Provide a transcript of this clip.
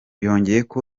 yongeyeko